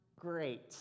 great